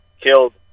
killed